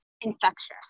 infectious